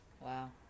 Wow